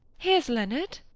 here's leonard.